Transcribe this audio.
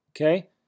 okay